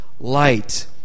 light